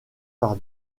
par